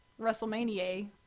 WrestleMania